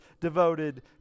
devoted